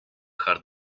heart